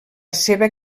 seva